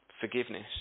Forgiveness